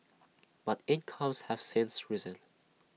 but incomes have since risen